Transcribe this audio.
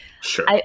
Sure